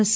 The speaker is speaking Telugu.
ఎస్